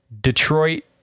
Detroit